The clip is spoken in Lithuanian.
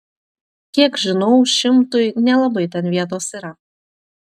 kiek žinau šimtui nelabai ten vietos yra